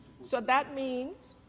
so that means,